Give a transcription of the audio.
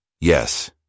Yes